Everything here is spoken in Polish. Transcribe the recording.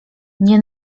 nie